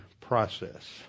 process